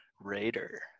Raider